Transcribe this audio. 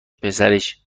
پسرش